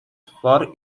for